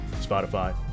Spotify